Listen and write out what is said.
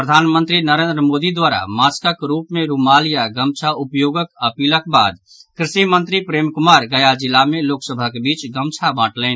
प्रधानमंत्री नरेन्द्र मोदी द्वारा मास्कक रूप मे रूमाल या गमछा उपयोगक अपीलक बाद कृषि मंत्री प्रेम कुमार गया जिला मे लोक सभक बीच गमछा बांटलनि